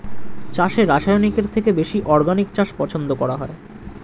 চাষে রাসায়নিকের থেকে বেশি অর্গানিক চাষ পছন্দ করা হয়